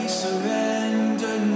surrender